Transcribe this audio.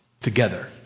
together